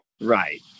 Right